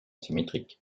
symétrique